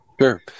Sure